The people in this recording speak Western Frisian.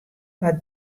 wat